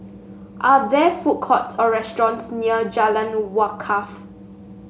are there food courts or restaurants near Jalan Wakaff